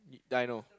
I know